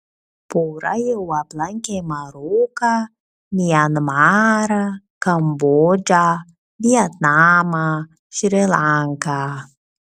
pora jau aplankė maroką mianmarą kambodžą vietnamą šri lanką